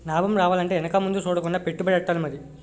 నాబం రావాలంటే ఎనక ముందు సూడకుండా పెట్టుబడెట్టాలి మరి